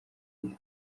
isi